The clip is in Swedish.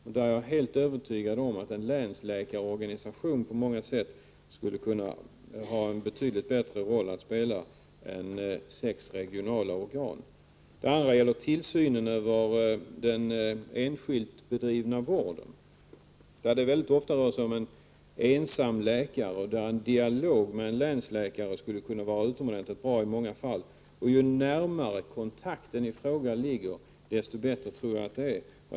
Jag är helt övertygad om att en länsläkarorganisation på många sätt skulle kunna spela en betydligt viktigare roll än sex regionala organ. Det andra området avser tillsynen över den enskilt bedrivna vården, som ofta utövas av en ensam läkare. En dialog med en länsläkare skulle i många fall kunna vara utomordentligt bra. Ju närmare kontakten i fråga ligger, desto bättre tror jag att det är.